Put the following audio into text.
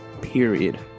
period